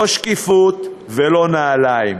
לא שקיפות ולא נעליים.